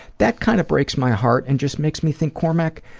that kind of breaks my heart and just makes me think, cormack,